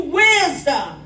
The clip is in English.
wisdom